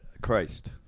Christ